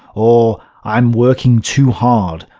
or i'm working too hard.